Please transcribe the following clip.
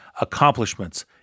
accomplishments